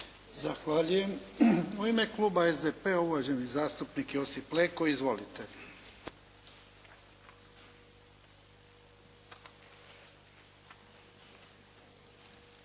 Zahvaljujem. U ime kluba HSS-a, uvaženi zastupnik Stanko Grčić. Izvolite.